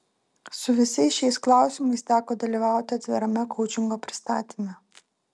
su visais šiais klausimais teko dalyvauti atvirame koučingo pristatyme